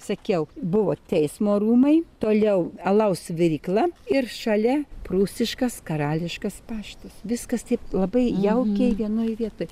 sakiau buvo teismo rūmai toliau alaus virykla ir šalia prūsiškas karališkas paštas viskas taip labai jaukiai vienoj vietoj